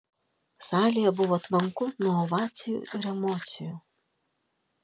salėje buvo tvanku nuo ovacijų ir emocijų